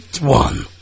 One